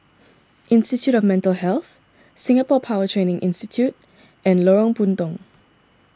Institute of Mental Health Singapore Power Training Institute and Lorong Puntong